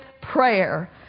prayer